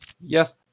yes